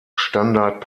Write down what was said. standard